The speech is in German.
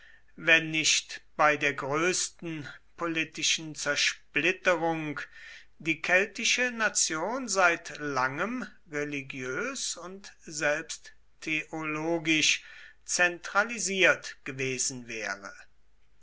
wenn nicht bei der größten politischen zersplitterung die keltische nation seit langem religiös und selbst theologisch zentralisiert gewesen wäre